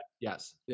Yes